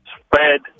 spread